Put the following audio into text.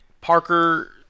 Parker